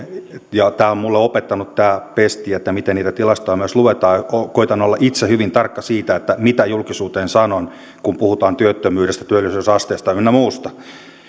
tämä pesti on minulle opettanut miten niitä tilastoja myös luetaan koetan olla itse hyvin tarkka siitä mitä julkisuuteen sanon kun puhutaan työttömyydestä työllisyysasteesta ynnä muusta